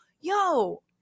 Yo